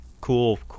cool